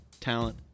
talent